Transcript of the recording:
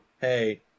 hey